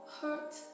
hurt